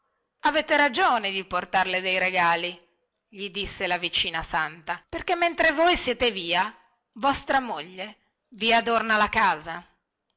avete ragione di portarle dei regali gli disse la vicina santa perchè mentre voi siete via vostra moglie vi adorna la casa